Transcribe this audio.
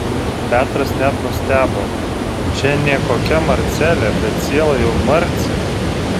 petras net nustebo čia nė kokia marcelė bet ciela jau marcė